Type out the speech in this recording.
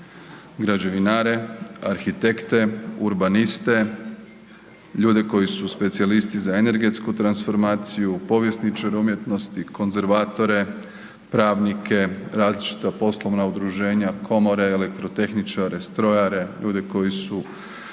građevinare, arhitekte, urbaniste, ljudi koji su specijalisti za energetsku transformaciju, povjesničare umjetnosti, konzervatore, pravnika, različita poslovna udruženja, komore, elektrotehničare, strojare, ljudi koji su